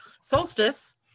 solstice